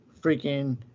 freaking